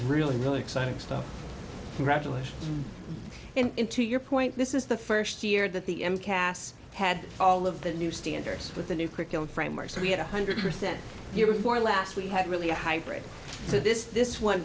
really really exciting stuff rattling in to your point this is the first year that the m cast had all of the new standards with the new curriculum framework so we had one hundred percent year before last we had really a hybrid so this this one